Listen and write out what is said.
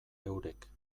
eurek